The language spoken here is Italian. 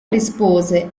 rispose